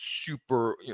super